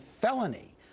felony